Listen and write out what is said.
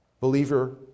Believer